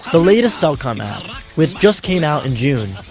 the latest cellcom ad, which just came out in june,